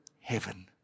heaven